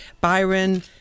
Byron